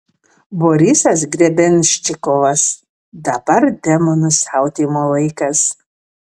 borisas grebenščikovas dabar demonų siautėjimo laikas